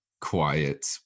quiet